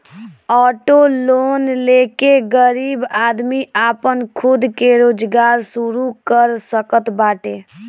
auto loan ले के गरीब आदमी आपन खुद के रोजगार शुरू कर सकत बाटे